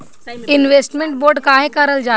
Investment bond काहे कारल जाला?